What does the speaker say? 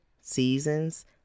seasons